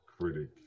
critic